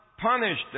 punished